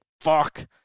fuck